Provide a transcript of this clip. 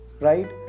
Right